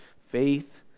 faith